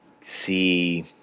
see